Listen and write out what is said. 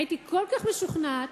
הייתי כל כך משוכנעת